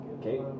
Okay